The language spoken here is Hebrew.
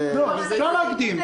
לא, אפשר להקדים.